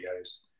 videos